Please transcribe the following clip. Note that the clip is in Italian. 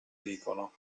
dicono